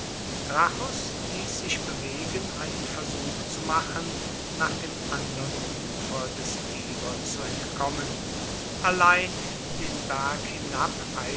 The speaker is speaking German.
ließ sich bewegen einen versuch zu machen nach dem andern ufer des tiber zu entkommen allein den berg